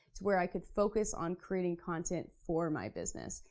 to where i could focus on creating content for my business.